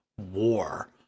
war